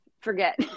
forget